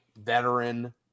veteran